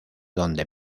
donde